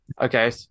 Okay